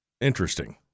Interesting